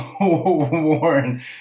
Warren